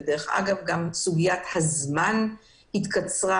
וגם סוגיית הזמן התקצרה,